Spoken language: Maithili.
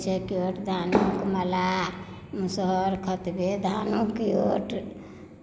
सभ रहे छै मल्लाह मुसहर खतबै धानुख कियोट